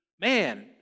man